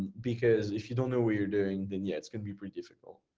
because if you don't know what you're doing, then yeah, it's gonna be pretty difficult,